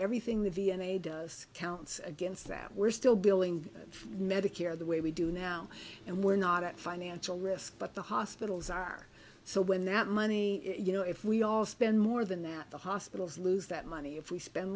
everything the d n a does count against that we're still billing medicare the way we do now and we're not at financial risk but the hospitals are so when that money you know if we all spend more than that the hospitals lose that money if we spend